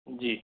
जी